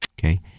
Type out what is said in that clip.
Okay